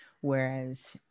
whereas